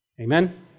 Amen